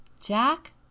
Jack